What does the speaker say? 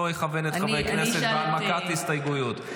אכוון את חברי הכנסת בהנמקת הסתייגויות.